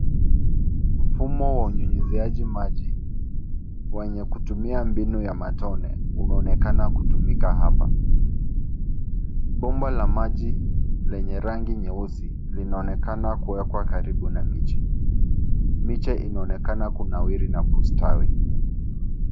Mfumo wa unyunyuziaji maji wenye kutumia mbinu ya matone, unaonekana kutumika hapa. Bomba la maji lenye rangi nyeusi, linaonekana kuwekwa karibu na miche. Miche inaonekana kunawiri na kustawi.